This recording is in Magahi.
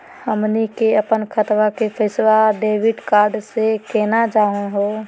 हमनी के अपन खतवा के पैसवा डेबिट कार्ड से केना जानहु हो?